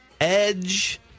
edge